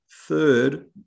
Third